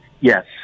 Yes